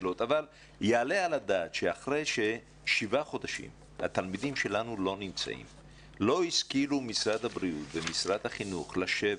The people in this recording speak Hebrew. יעלה על הדעת שאחרי שמונה חודשים לא השכילו משרדי החינוך והבריאות לשבת,